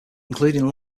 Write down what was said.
including